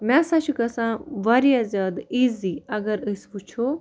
مےٚ سا چھُ گَژھان واریاہ زیادٕ ایٖزی اگر أسۍ وُچھو